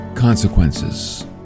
Consequences